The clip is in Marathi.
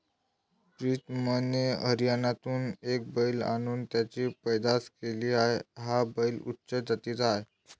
प्रीतमने हरियाणातून एक बैल आणून त्याची पैदास केली आहे, हा बैल उच्च जातीचा आहे